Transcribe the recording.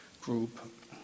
group